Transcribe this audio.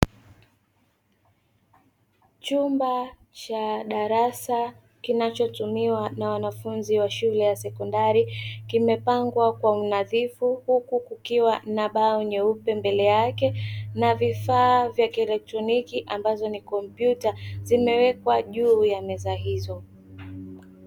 Chumba cha darasa kinachotumiwa na wanafunzi wa shule ya sekondari, kimepangwa kwa unadhifu huku kikiwa na mbao nyeupe mbele yake na vifaa vya kielektroniki; ambazo ni kompyuta zimewekwa juu ya meza hizo.